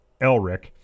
Elric